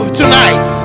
tonight